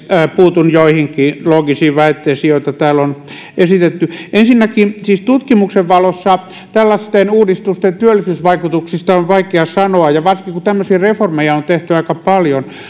puutun joihinkin loogisiin väitteisiin joita täällä on esitetty ensinnäkin tutkimuksen valossa tällaisten uudistusten työllisyysvaikutuksista on vaikea sanoa varsinkin kun tämmöisiä reformeja on tehty aika vähän